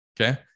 Okay